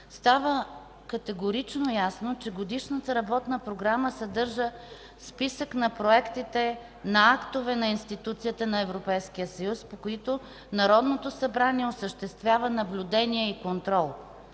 става категорично ясно, че Годишната работна програма съдържа списък на проектите на актове на Институцията на Европейския съюз, по които Народното събрание осъществява наблюдение и контрол.